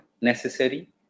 necessary